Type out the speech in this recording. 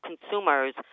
consumers